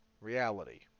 reality